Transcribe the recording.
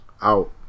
out